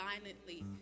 violently